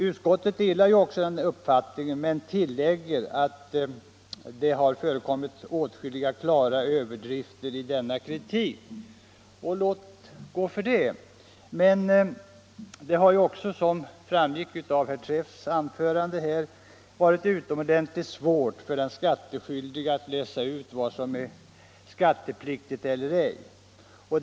Utskottet delar också den uppfattningen men tillägger att det har förekommit åtskilliga klara överdrifter i den kritiken. Låt gå för det! Men det har också, som framgick av herr Träffs anförande, varit utomordentligt svårt för den skattskyldige att läsa ut vad som är skattepliktigt eller ej.